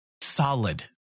solid